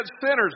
sinners